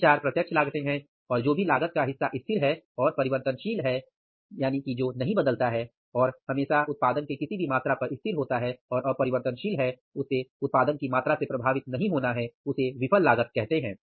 ये चार प्रत्यक्ष लागतें हैं और जो भी लागत का हिस्सा स्थिर है और अपरिवर्तनशील है जो उत्पादन की मात्रा से प्रभावित नहीं हो रहा है उसे विफल लागत कहते हैं